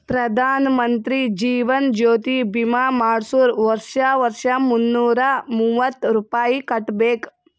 ಪ್ರಧಾನ್ ಮಂತ್ರಿ ಜೀವನ್ ಜ್ಯೋತಿ ಭೀಮಾ ಮಾಡ್ಸುರ್ ವರ್ಷಾ ವರ್ಷಾ ಮುನ್ನೂರ ಮೂವತ್ತ ರುಪಾಯಿ ಕಟ್ಬಬೇಕ್